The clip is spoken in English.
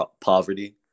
poverty